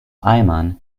eimern